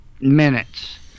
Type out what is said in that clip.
minutes